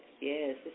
Yes